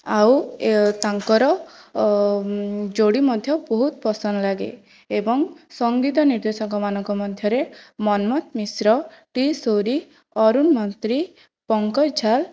ଆଉ ତାଙ୍କର ଯୋଡ଼ି ମଧ୍ୟ ବହୁତ ପସନ୍ଦ ଲାଗେ ଏବଂ ସଙ୍ଗୀତ ନିର୍ଦ୍ଦେଶକମାନଙ୍କ ମଧ୍ୟରେ ମନ୍ମଥ ମିଶ୍ର ଟି ସୌରୀ ଅରୁଣ ମନ୍ତ୍ରୀ ପଙ୍କଜ ଜାଲ୍